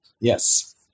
Yes